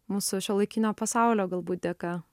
mūsų šiuolaikinio pasaulio galbūt dėka